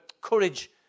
courage